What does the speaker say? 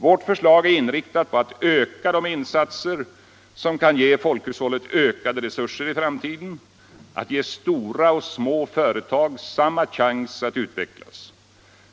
Vårt förslag är inriktat på att öka de insatser som kan ge folkhushållet ökade resurser i framtiden och att ge stora och små företag samma chans att utvecklas.